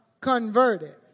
converted